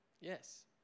yes